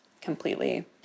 completely